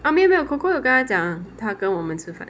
啊没有没有 coco 有跟她讲啊会跟我们去吃饭